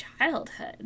childhood